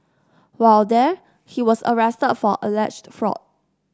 while there he was arrested for alleged fraud